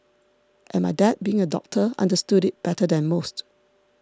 and my dad being a doctor understood it better than most